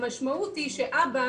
המשמעות היא שאבא